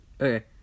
Okay